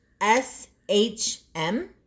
S-H-M